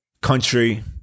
country